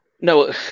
No